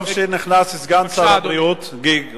טוב שנכנס סגן שר הבריאות.